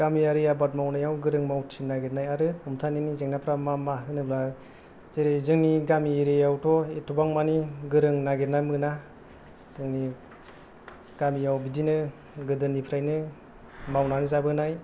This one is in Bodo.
गामियारि आबाद मावनायाव गोरों मावथि नागिरनाय आरो हमथानायनि जेंनाफोरा मा मा होनोब्ला जेरै जोंनि गामि एरियायावथ' एथ'बांमानि गोरों नागिरना मोना जोंनि गामियाव बिदिनो गोदोनिफ्रायनो मावनानै जाबोनाय